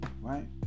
right